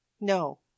No